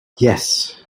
yes